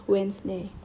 Wednesday